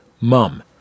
Mum